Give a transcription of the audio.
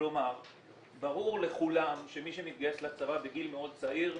כלומר ברור לכולם שמי שמתגייס לצבא בגיל מאוד צעיר,